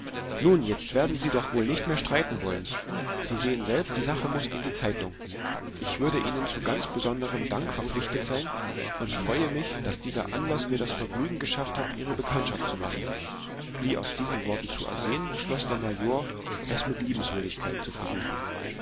nun jetzt werden sie doch wohl nicht mehr streiten wollen sie sehen selbst die sache muß in die zeitung ich würde ihnen zu ganz besonderem dank verpflichtet sein und freue mich daß dieser anlaß mir das vergnügen verschafft hat ihre bekanntschaft zu machen wie aus diesen worten zu ersehen beschloß der major es mit der liebenswürdigkeit zu versuchen